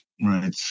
Right